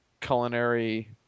culinary